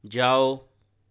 جاؤ